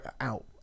out